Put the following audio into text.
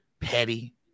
petty